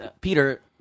Peter